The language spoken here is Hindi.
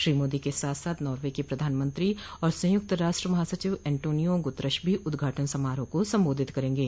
श्री मोदी के साथ साथ नावे के प्रधानमंत्री और संयुक्त राष्ट्र महासचिव एंतोनियो गुतरश भी उद्घाटन समारोह को संबोधित करेंगे